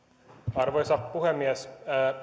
arvoisa puhemies